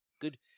Good